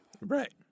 Right